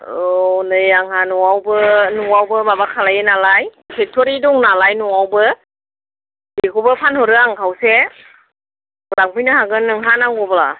अ नै आंहा न'आवबो नआवबो माबा खालामो नालाय फेक्टरि दं नालाय न'आवबो बेखौबो फानहरो आं खावसे लांफैनो हागोन नोंहा नांगौबा